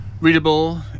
readable